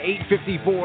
854